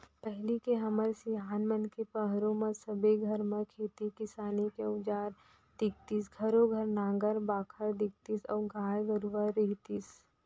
पहिली के हमर सियान मन के पहरो म सबे घर म खेती किसानी के अउजार दिखतीस घरों घर नांगर बाखर दिखतीस अउ गाय गरूवा रहितिस